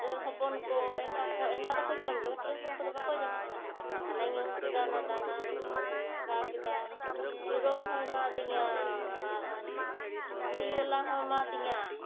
ᱦᱚᱯᱚᱱ ᱠᱚ ᱮᱸᱜᱟ ᱠᱚ ᱮᱸᱜᱟ ᱫᱚᱠᱚ ᱡᱚᱢ ᱜᱮᱭᱟ ᱠᱟᱹᱴᱤᱡ ᱦᱚᱯᱚᱱ ᱠᱚᱫᱚ ᱵᱟᱠᱚ ᱡᱚᱢᱟ ᱫᱟᱱᱟᱧ ᱟᱹᱜᱩ ᱠᱮᱫᱟ ᱚᱱᱟ ᱫᱟᱱᱟ ᱨᱮᱧ ᱥᱤᱯᱤ ᱢᱮᱥᱟ ᱠᱮᱫᱟ ᱦᱚᱸᱭ ᱮᱢᱟᱫᱤᱧᱟ ᱟᱨ ᱫᱷᱩᱲᱤ ᱵᱟᱞᱟ ᱦᱚᱸ ᱮᱢᱟᱫᱤᱧᱟ